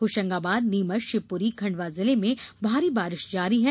होशंगाबाद नीमच शिवपुरी खण्डवा जिले में बारिश जारी है